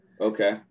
Okay